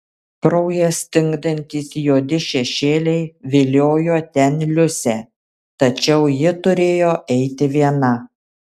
kraują stingdantys juodi šešėliai viliojo ten liusę tačiau ji turėjo eiti viena